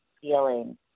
feeling